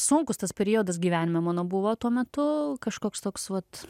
sunkus tas periodas gyvenime mano buvo tuo metu kažkoks toks vat